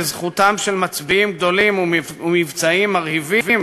לזכותם של מצביאים גדולים ומבצעים מרהיבים,